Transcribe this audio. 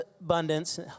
abundance